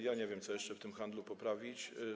Ja nie wiem, co jeszcze w tym handlu poprawić.